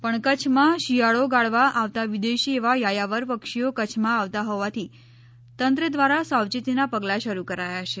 પણ કચ્છમાં શિયાળો ગાળવા આવતાં વિદેશી એવા યાયાવર પક્ષીઓ કચ્છમાં આવતાં હોવાથી તંત્ર દ્વારા સાવચેતીનાં પગલાં શરૂ કરાયા છે